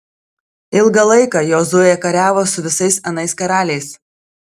ilgą laiką jozuė kariavo su visais anais karaliais